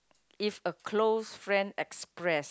is a close friend express